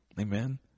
Amen